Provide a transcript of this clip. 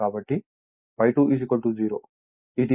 కాబట్టి ∅2 0